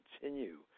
continue